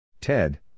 Ted